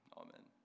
amen